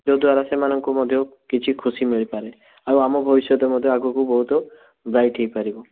ଯେଉଁଦ୍ୱାରା ସେମାନଙ୍କୁ ମଧ୍ୟ କିଛି ଖୁସି ମିଳିପାରେ ଆଉ ଆମ ଭବିଷ୍ୟତ ମଧ୍ୟ ଆଗକୁ ବହୁତ ବ୍ରାଇଟ୍ ହେଇପାରିବ